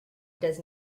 does